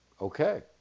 okay